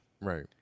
Right